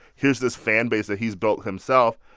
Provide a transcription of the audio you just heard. here's this fanbase that he's built himself.